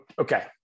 Okay